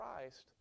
Christ